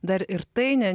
dar ir tai ne